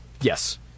Yes